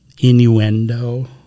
innuendo